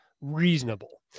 reasonable